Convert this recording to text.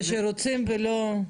זה שרוצים ולא.